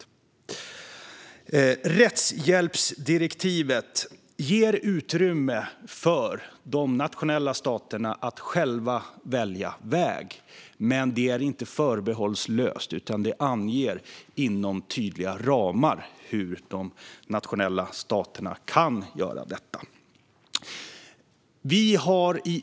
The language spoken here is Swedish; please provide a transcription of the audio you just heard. I rättshjälpsdirektivet ges de nationella staterna utrymme att själva välja väg. Men det är inte förbehållslöst. Det anges tydliga ramar inom vilka de nationella staterna kan göra detta.